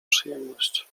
przyjemność